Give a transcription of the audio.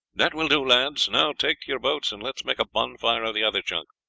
that will do, lads. now take to your boats and let's make a bonfire of the other junk.